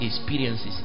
experiences